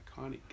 iconic